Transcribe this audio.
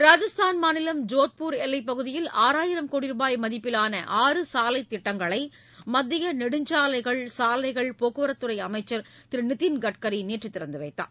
ராஜஸ்தான் மாநிலம் ஜோத்பூர் எல்லைப் பகுதியில் ஆறாயிரம் கோடி ரூபாய் மதிப்பிலான ஆறு சாலைத் திட்டங்களை மத்திய நெடுஞ்சாலைகள் சாலைகள் போக்குவரத்துத்துறை அமைச்சர் திரு நிதின் கட்கரி நேற்று திறந்து வைத்தார்